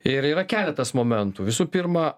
ir yra keletas momentų visų pirma